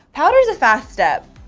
powder is a fast step.